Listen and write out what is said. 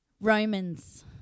Romans